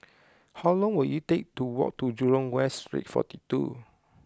how long will it take to walk to Jurong West Street forty two